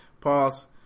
pause